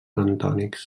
bentònics